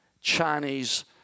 Chinese